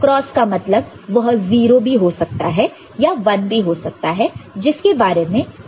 X का मतलब वह 0 भी हो सकता है या 1 भी हो सकता है जिसके बारे में हम असल में केयर नहीं करते हैं